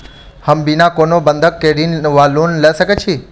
हम बिना कोनो बंधक केँ ऋण वा लोन लऽ सकै छी?